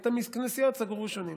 את הכנסיות סגרו ראשונות.